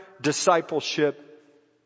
discipleship